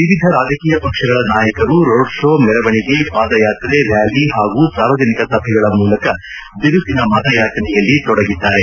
ವಿವಿಧ ರಾಜಕೀಯ ಪಕ್ಷಗಳ ನಾಯಕರು ರೋಡ್ ಕೋ ಮೆರವಣಿಗೆ ಪಾದಯಾತ್ರೆ ರ್ಯಾಲಿ ಹಾಗೂ ಸಾರ್ವಜನಿಕರ ಸಭೆಗಳ ಮೂಲಕ ಬಿರುಸಿನ ಮತಯಾಚನೆಯಲ್ಲಿ ತೊಡಗಿದ್ದಾರೆ